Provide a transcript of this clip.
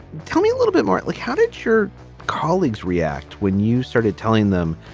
tell me a little bit more like how did your colleagues react when you started telling them?